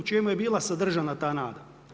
U čemu je bila sadržana ta nada?